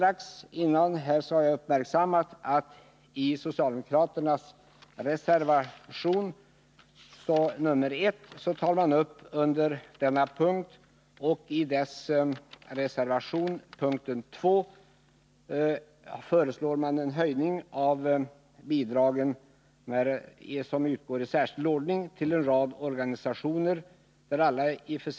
Alldeles nyss uppmärksammade jag att socialdemokraterna i reservation nr 1 under punkt 2 föreslår en höjning av de bidrag som i särskild ordning utgår till en rad i och för sig bidragsberättigade organisationer.